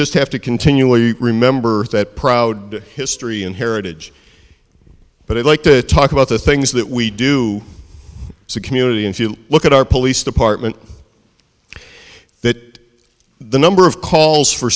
just have to continually remember that proud history and heritage but i'd like to talk about the things that we do so community if you look at our police department that the number of calls for